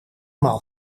maal